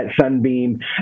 Sunbeam